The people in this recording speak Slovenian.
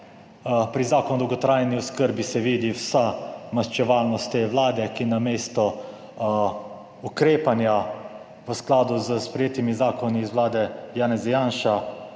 Pri Zakonu o dolgotrajni oskrbi se vidi vsa maščevalnost te Vlade, ki namesto, ukrepanja v skladu s sprejetimi zakoni iz Vlade Janeza Janša,